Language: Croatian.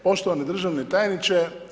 Poštovani državni tajniče.